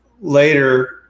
later